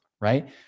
right